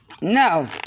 No